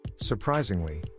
Surprisingly